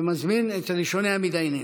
ואני מזמין את ראשוני המתדיינים.